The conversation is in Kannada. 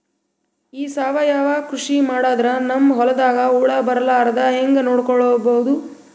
ಈ ಸಾವಯವ ಕೃಷಿ ಮಾಡದ್ರ ನಮ್ ಹೊಲ್ದಾಗ ಹುಳ ಬರಲಾರದ ಹಂಗ್ ನೋಡಿಕೊಳ್ಳುವುದ?